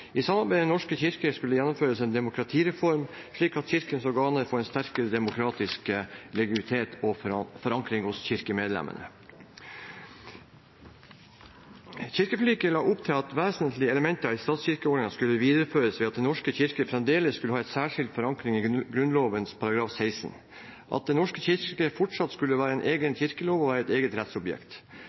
I samarbeid med Den norske kirke skulle det gjennomføres en demokratireform, slik at kirkens organer får en sterkere demokratisk legitimitet og forankring hos kirkemedlemmene. Kirkeforliket la opp til at vesentlige elementer i statskirkeordningen skulle videreføres ved at Den norske kirke fremdeles skal ha en særskilt forankring i Grunnloven § 16, at Den norske kirke fortsatt skal reguleres ved en egen kirkelov og være et eget